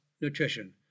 Nutrition